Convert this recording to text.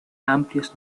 amplios